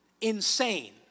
insane